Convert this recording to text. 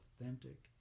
authentic